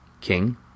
King